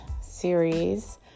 series